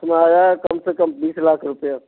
तुम्हारा कम से कम बीस लाख रुपये